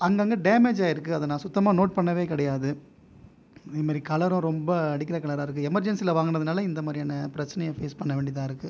அங்கே அங்கே டேமேஜ் ஆகி இருக்குது அதை நான் சுத்தமாக நோட் பண்ணவே கிடையாது அதே மாதிரி கலரும் ரொம்ப அடிக்கிற கலராக இருக்குது எமெர்ஜென்சியில் வாங்குனதுனால் இந்த மாதிரியான பிரச்சினையா ஃபேஸ் பண்ண வேண்டியதாக இருக்குது